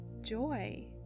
joy